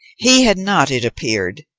he had not, it appeared,